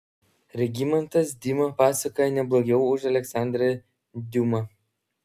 regimantas dima pasakoja ne blogiau už aleksandrą diuma